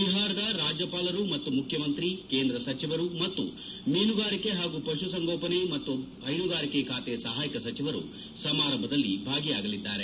ಬಿಹಾರದ ರಾಜ್ಯಪಾಲರು ಮತ್ತು ಮುಖ್ಯಮಂತ್ರಿ ಕೇಂದ್ರ ಸಚಿವರು ಮತ್ತು ಮೀನುಗಾರಿಕೆ ಹಾಗೂ ಪಶುಸಂಗೋಪನೆ ಮತ್ತು ಹೈನುಗಾರಿಕೆ ಖಾತೆ ಸಹಾಯಕ ಸಚಿವರು ಸಮಾರಂಭದಲ್ಲಿ ಭಾಗಿಯಾಗಲಿದ್ದಾರೆ